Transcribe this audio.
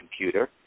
computer